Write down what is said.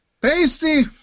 pasty